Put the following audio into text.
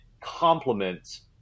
complements